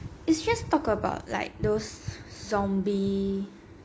it's just talk about like those zombie